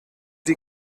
die